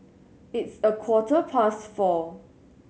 its a quarter past four